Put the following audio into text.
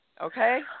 Okay